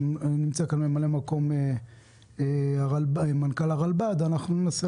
אבל נמצא כאן מנכ"ל הרלב"ד ואנחנו ננסה